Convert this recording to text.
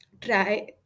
try